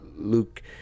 Luke